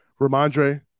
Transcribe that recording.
Ramondre